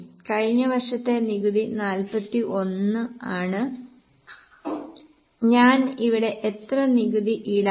കഴിഞ്ഞ വർഷത്തെ നികുതി 41 ആണ് ഞാൻ ഇവിടെ എത്ര നികുതി ഈടാക്കണം